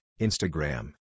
Instagram